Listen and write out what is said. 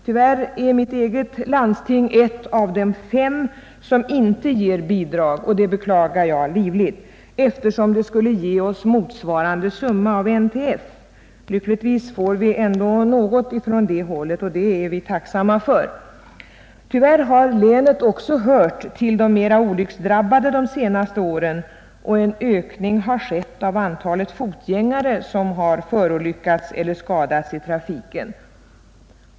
Tyvärr är mitt eget landsting ett av de fem som inte ger bidrag, och det beklagar jag livligt, eftersom det skulle ge oss motsvarande summa från NTF. Lyckligtvis får vi ändå något från det hållet, och det är vi tacksamma för. Tyvärr har länet också hört till de mera olycksdrabbade under de senaste åren, och en ökning har skett av antalet fotgängare som förolyckats eller skadats i trafiken.